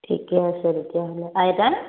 ঠিকে আছে তেতিয়াহ'লে আইতা